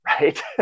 right